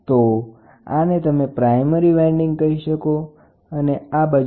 તો આને તમે પ્રાઇમરી વાઇડીંગ કહી શકો અને બીજાને સેકન્ડરી વાઇડીંગ બરાબર